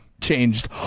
changed